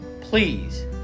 please